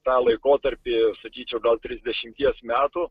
tą laikotarpį sakyčiau gal trisdešimties metų